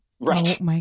right